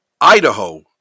Idaho